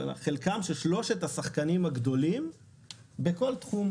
חלקם של שלושת השחקנים הגדולים בכל תחום.